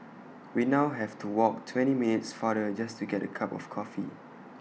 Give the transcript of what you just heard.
we now have to walk twenty minutes farther just to get A cup of coffee